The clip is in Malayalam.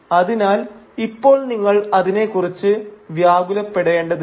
അതിനാൽ ഇപ്പോൾ നിങ്ങൾ അതിനെ കുറിച്ച് വ്യാകുലപ്പെടേണ്ടതില്ല